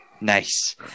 Nice